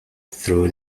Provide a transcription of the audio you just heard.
through